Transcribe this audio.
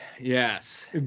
Yes